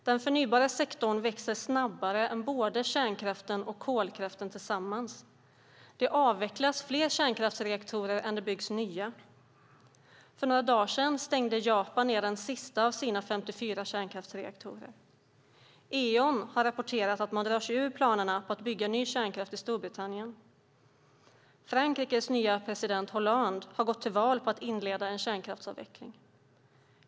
Den förnybara sektorn växer snabbare än både kärnkraft och kolkraft tillsammans. Det avvecklas fler kärnkraftsreaktorer än det byggs nya. För några dagar sedan stängde Japan ned den sista av sina 54 kärnkraftsreaktorer. Eon har rapporterat att man drar sig ur planerna på att bygga kärnkraft i Storbritannien. Frankrikes nye president Hollande har gått till val på att inleda en kärnkraftsavveckling.